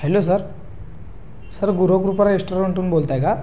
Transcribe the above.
hello sir sir Gurukripa रेस्टॉरंटहून बोलत आहे का